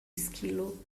esquilo